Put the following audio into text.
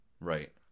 Right